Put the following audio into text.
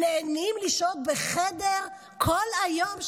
נהנים לשהות בחדר כל היום,